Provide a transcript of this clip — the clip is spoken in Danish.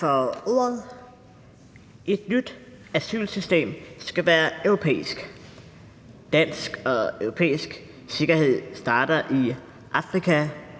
for ordet. Et nyt asylsystem skal være europæisk. Dansk og europæisk sikkerhed starter i Afrika,